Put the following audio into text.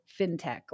fintech